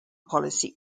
policy